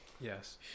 Yes